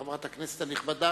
חברת הכנסת הנכבדה.